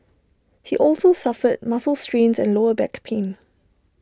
he also suffered muscle strains and lower back pain